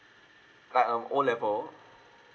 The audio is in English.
like um O level